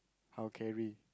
I'll carry